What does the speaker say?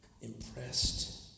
impressed